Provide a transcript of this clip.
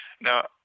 Now